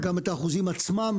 וגם את האחוזים עצמם